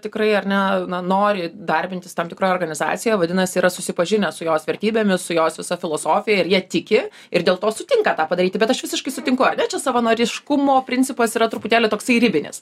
tikrai ar ne na nori darbintis tam tikroj organizacijoj vadinasi yra susipažinęs su jos vertybėmis su jos visa filosofija ir jie tiki ir dėl to sutinka tą padaryti bet aš visiškai sutinku ar ne čia savanoriškumo principas yra truputėlį toksai ribinis